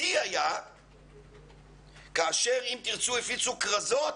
השיא היה כאשר "אם תרצו" הפיצו כרזות